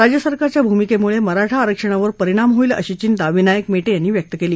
राज्य सरकारच्या भूमिक्सुळ िराठा आरक्षणावर परिणाम होईल अशी चिंता मद्दाव्यांनी व्यक्त कली